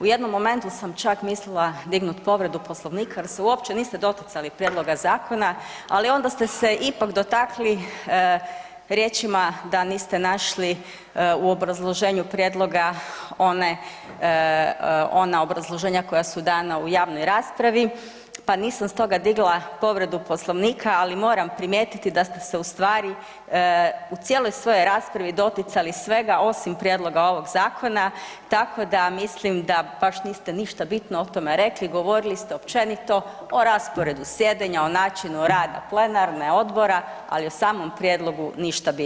U jednom momentu sam čak mislila dignuti povredu Poslovnika jer se uopće niste doticali prijedloga zakona, ali onda ste se ipak dotakli riječima da niste našli u obrazloženju prijedloga one, ona obrazloženja koja su dana u javnoj raspravi pa nisam stoga digla povredu Poslovnika, ali moram primijetiti da ste se ustvari u cijeloj svojoj raspravi doticali svega osim prijedloga ovog zakona, tako da mislim da baš niste ništa bitno o tome rekli, govorili ste općenito o rasporedu sjedenja, o načinu rada plenarne, odbora, ali u samom prijedlogu ništa bitno.